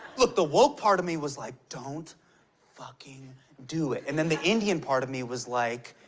look, the woke part of me was like, don't fucking do it. and then the indian part of me was like,